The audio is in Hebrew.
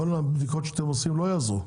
כל הבדיקות שאתם עושים לא יעזרו.